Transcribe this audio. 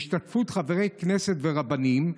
בהשתתפות חברי כנסת ורבנים,